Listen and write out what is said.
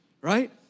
right